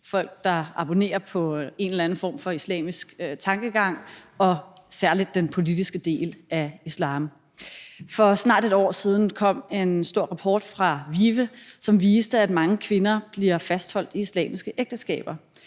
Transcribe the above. folk, der abonnerer på en eller anden form for islamisk tankegang, og særlig den politiske del af islam. For snart et år siden kom en stor rapport fra VIVE, som viste, at mange kvinder bliver fastholdt i islamiske ægteskaber.